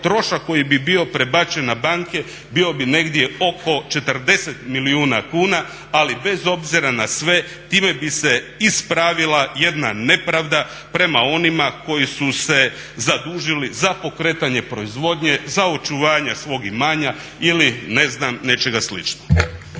trošak koji bi bio prebačen na banke bio bi negdje oko 40 milijuna kuna, ali bez obzira na sve time bi se ispravila jedna nepravda prema onima koji su se zadužili za pokretanje proizvodnje, za očuvanje svog imanja ili ne znam nečega sličnoga.